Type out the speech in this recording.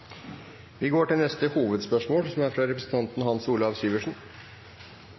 Vi går til neste hovedspørsmål. Den 4. juni er